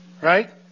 Right